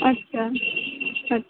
अच्छा अच्छा